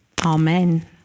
Amen